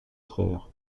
frères